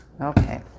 Okay